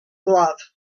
glove